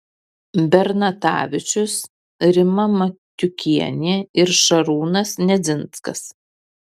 bernatavičius rima matiukienė ir šarūnas nedzinskas